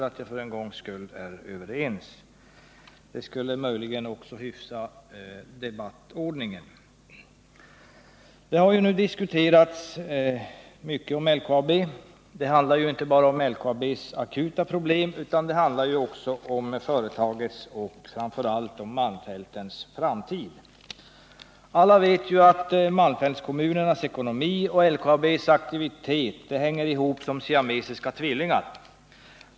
Vi är för en gångs skull överens. Möjligen skulle det också hyfsa debattordningen. Det har diskuterats mycket om LKAB. Det handlar inte bara om LKAB:s akuta problem utan också om företagets och om malmfältens framtid. Alla vet att malmfältskommunernas ekonomi och LKAB:s aktivitet hänger ihop som siamesiska tvillingar.